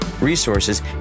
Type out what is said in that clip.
resources